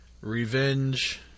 Revenge